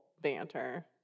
banter